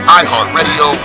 iHeartRadio